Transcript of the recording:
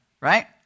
right